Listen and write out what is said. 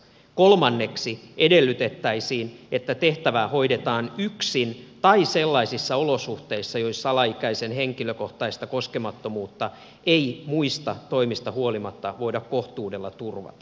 kolmanneksi edellytettäisiin että tehtävää hoidetaan yksin tai sellaisissa olosuhteissa joissa alaikäisen henkilökohtaista koskemattomuutta ei muista toimista huolimatta voida kohtuudella turvata